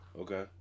Okay